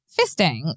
fisting